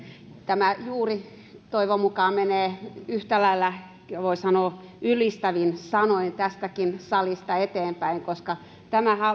tämä toivon mukaan menee yhtä lailla ylistävin sanoin tästäkin salista eteenpäin koska tämä